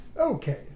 Okay